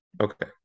Okay